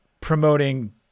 promoting